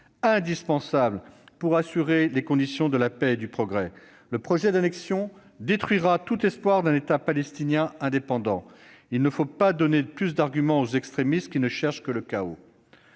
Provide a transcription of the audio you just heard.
indispensable pour assurer les conditions de la paix et du progrès. Le projet d'annexion détruira tout espoir d'un État palestinien indépendant. Il ne faut pas donner plus d'arguments aux extrémistes qui ne cherchent que le chaos.